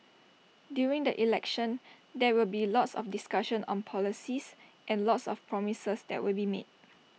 during the elections there will be lots of discussion on policies and lots of promises that will be made